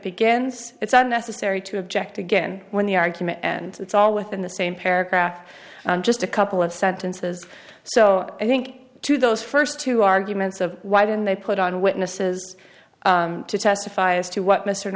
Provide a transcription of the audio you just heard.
begins it's unnecessary to object again when the argument and it's all within the same paragraph just a couple of sentences so i think to those first two arguments of why didn't they put on witnesses to testify as to what m